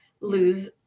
lose